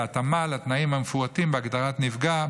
בהתאמה לתנאים המפורטים בהגדרת "נפגע"